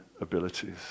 abilities